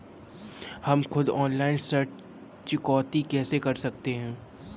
हम खुद ऑनलाइन ऋण चुकौती कैसे कर सकते हैं?